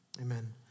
amen